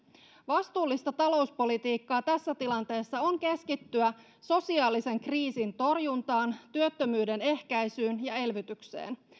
vastuullista talouspolitiikkaa tässä tilanteessa on keskittyä sosiaalisen kriisin torjuntaan työttömyyden ehkäisyyn ja elvytykseen